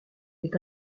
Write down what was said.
est